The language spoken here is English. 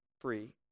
free